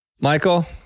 Michael